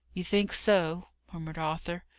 you think so? murmured arthur.